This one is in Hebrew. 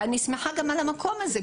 ואני שמחה גם על המקום הזה,